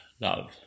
love